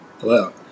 Hello